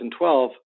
2012